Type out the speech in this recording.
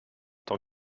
tant